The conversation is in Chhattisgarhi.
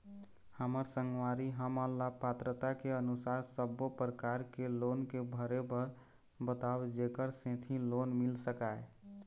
हमर संगवारी हमन ला पात्रता के अनुसार सब्बो प्रकार के लोन के भरे बर बताव जेकर सेंथी लोन मिल सकाए?